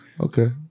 Okay